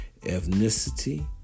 Ethnicity